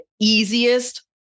easiest